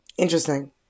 interesting